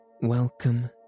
Welcome